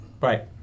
Right